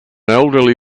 elderly